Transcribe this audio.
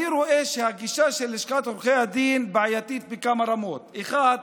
אני רואה שהגישה של לשכת עורכי הדין בעייתית בכמה רמות: אחת,